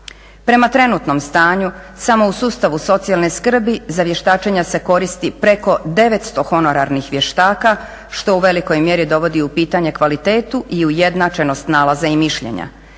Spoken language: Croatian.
Prema trenutnom stanju samo u sustavu socijalne skrbi za vještačenja se koristi preko 900 honorarnih vještaka što u velikoj mjeri dovodi u pitanje kvalitetu i ujednačenost nalaza i mišljenja.